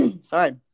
sorry